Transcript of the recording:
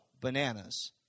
bananas